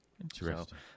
interesting